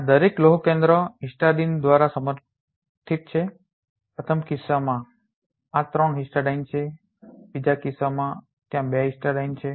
આ દરેક લોહ કેન્દ્રો હિસ્ટિડાઇન દ્વારા સમર્થિત છે પ્રથમ કિસ્સામાં આ 3 હિસ્ટિડાઇન છે બીજા કિસ્સામાં ત્યાં 2 હિસ્ટિડાઇન છે